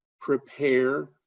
prepare